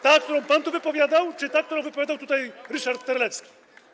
Ta, którą pan tu wypowiadał, czy ta, którą wypowiadał tutaj Ryszard Terlecki?